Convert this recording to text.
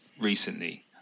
recently